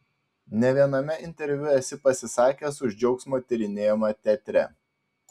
ne viename interviu esi pasisakęs už džiaugsmo tyrinėjimą teatre